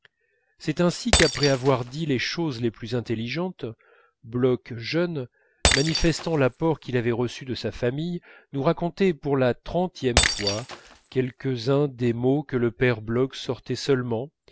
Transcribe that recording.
c'est ainsi qu'après avoir dit les choses les plus intelligentes bloch jeune manifestant l'apport qu'il avait reçu de sa famille nous racontait pour la trentième fois quelques-uns des mots que le père bloch sortait seulement